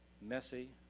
Messy